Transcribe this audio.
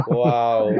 wow